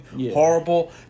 Horrible